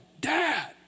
Dad